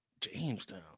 Jamestown